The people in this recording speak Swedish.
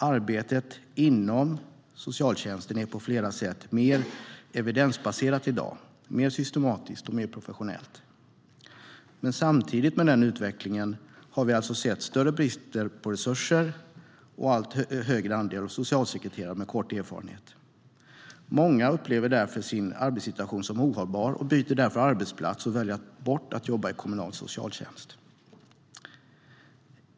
Arbetet inom socialtjänsten är på flera sätt mer evidensbaserat, systematiskt och professionellt i dag. Men samtidigt med den utvecklingen har vi alltså sett större brist på resurser och en allt högre andel av socialsekreterare med kort erfarenhet. Många socialsekreterare upplever sin arbetssituation som ohållbar och byter därför arbetsplats och väljer bort att jobba i kommunal socialtjänst.